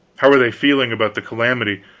how are they feeling about the calamity?